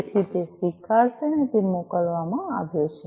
તેથી તે સ્વીકારશે કે તે મોકલવામાં આવ્યો છે